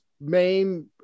main